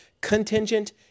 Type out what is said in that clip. contingent